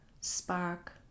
spark